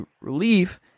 relief